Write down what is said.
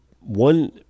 one